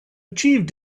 achieved